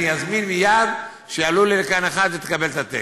אני אזמין מייד שיעלו לי לכאן אחד ותקבל את הטקסט.